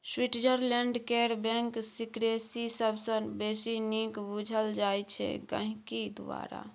Switzerland केर bank secrecy सबसँ बेसी नीक बुझल जाइ छै गांहिकी द्वारा